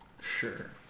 Sure